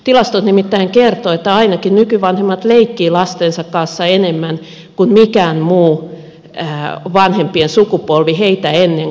tilastot nimittäin kertovat että ainakin nykyvanhemmat leikkivät lastensa kanssa enemmän kuin mikään muu vanhempien sukupolvi heitä ennen koskaan aikaisemmin